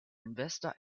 investor